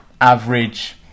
average